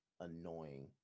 annoying